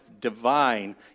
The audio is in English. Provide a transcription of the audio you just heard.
divine